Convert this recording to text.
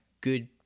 good